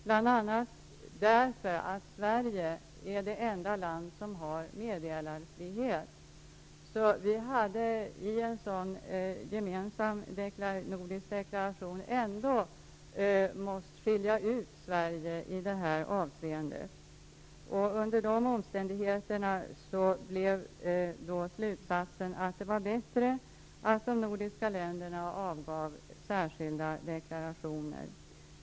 Ett skäl var att Sverige är det enda land som har meddelarfrihet. I en gemensam nordisk deklaration hade vi ändå varit tvungna att skilja ut Sverige i det här avseendet. Under de omständigheterna blev slutsatsen att det var bättre att de nordiska länderna avgav särskilda deklarationer.